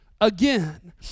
again